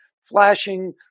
flashing